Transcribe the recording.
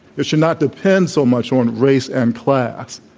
it should not depend so much on race and class.